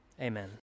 Amen